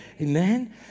Amen